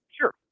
Sure